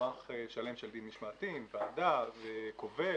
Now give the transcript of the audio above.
במערך שלם של דין משמעתי, עם ועדה וקובל,